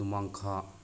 ꯅꯣꯡꯃꯥꯡꯈꯥ